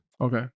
Okay